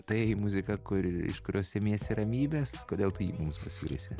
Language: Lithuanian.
tai muzika kuri iš kurio semiasi ramybės kodėl tu jį mums pasiūlysi